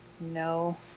no